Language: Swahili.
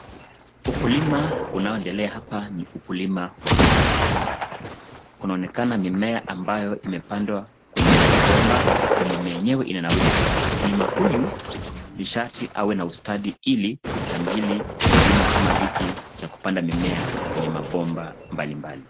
Ukulima unaoendela hapa ni ukulima wa kisasa. Kunaonekana mimea ambayo imepandwa kwenye mabomba na mimea yenyewe inanawiri sana. Mkulima huyu ni sharti awe na ustadi ili kustahimili kilimo kama hiki cha kupanda mimea kwenye mabomba mbalimbali.